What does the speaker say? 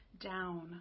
down